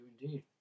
indeed